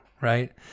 right